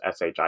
SHI